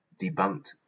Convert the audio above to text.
debunked